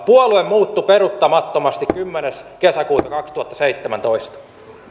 puolue muuttui peruuttamattomasti kymmenes kesäkuuta kaksituhattaseitsemäntoista